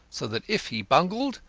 so that if he bungled,